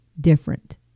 different